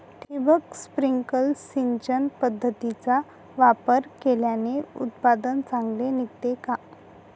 ठिबक, स्प्रिंकल सिंचन पद्धतीचा वापर केल्याने उत्पादन चांगले निघते का?